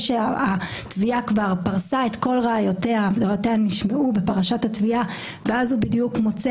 שהתביעה כבר פרסה את כל ראיותיה והן נשמעו בפרשת התביעה ורק אז הוא מציג